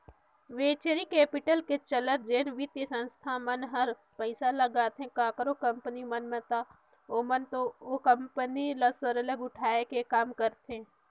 venture capital के चलत जेन बित्तीय संस्था मन हर पइसा लगाथे काकरो कंपनी मन में ता ओमन ओ कंपनी ल सरलग उठाए के काम करथे